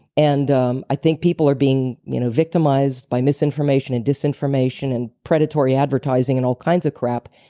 and um i think people are being you know victimized by misinformation and disinformation and predatory advertising and all kinds of crap.